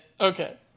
okay